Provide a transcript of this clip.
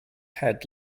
head